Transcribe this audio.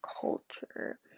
culture